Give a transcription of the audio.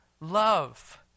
love